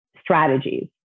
strategies